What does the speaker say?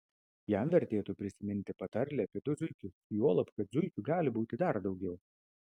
jam vertėtų prisiminti patarlę apie du zuikius juolab kad zuikių gali būti dar daugiau